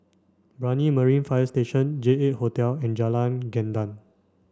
Brani Marine Fire Station J eight Hotel and Jalan Gendang